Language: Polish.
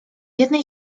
jednej